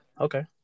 okay